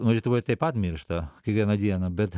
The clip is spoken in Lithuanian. nu lietuvoj taip pat miršta kiekvieną dieną bet